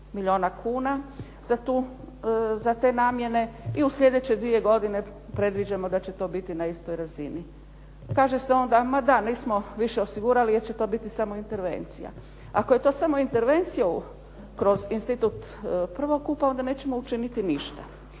milijona kuna za te namjene i u slijedeće dvije godine predviđamo da će to biti na istoj razini. Kaže se onda ma da, nismo više osigurali jer će to biti samo intervencija. Ako je to samo intervencija kroz institut prvokupa, onda nećemo učiniti ništa.